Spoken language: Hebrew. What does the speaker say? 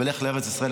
ולך לארץ ישראל.